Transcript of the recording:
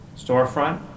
storefront